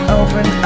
open